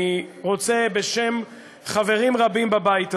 אני רוצה, בשם חברים בבית הזה,